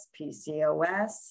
PCOS